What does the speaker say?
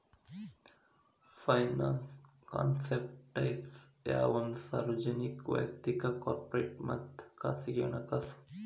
finance concept types ಯಾವಂದ್ರ ಸಾರ್ವಜನಿಕ ವಯಕ್ತಿಕ ಕಾರ್ಪೊರೇಟ್ ಮತ್ತ ಖಾಸಗಿ ಹಣಕಾಸು